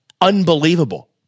unbelievable